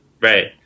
Right